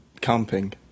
camping